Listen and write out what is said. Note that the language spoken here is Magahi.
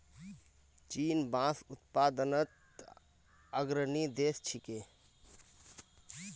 चीन बांस उत्पादनत अग्रणी देश छिके